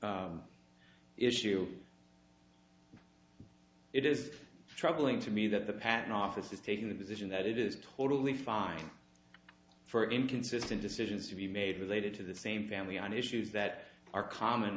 issue it is troubling to me that the patent office is taking the position that it is totally fine for inconsistent decisions to be made related to the same family on issues that are common